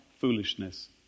foolishness